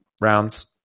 rounds